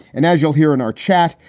and as you'll hear in our chat,